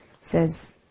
says